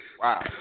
Wow